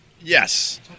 Yes